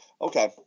Okay